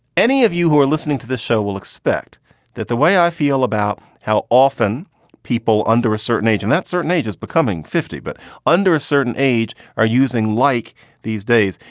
any of you who are listening to the show will expect that the way i feel about how often people under a certain age and that certain age is becoming fifty but under a certain age are using like these days,